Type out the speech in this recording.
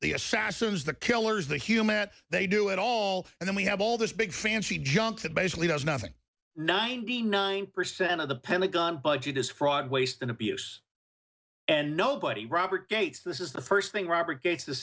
the assassins the killers the human they do it all and then we have all this big fancy junk that basically does nothing ninety nine percent of the pentagon budget is fraud waste and abuse and nobody robert gates this is the first thing robert gates